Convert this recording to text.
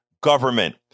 government